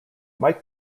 might